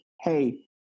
hey